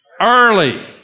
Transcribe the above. Early